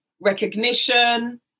recognition